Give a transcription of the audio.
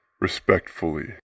respectfully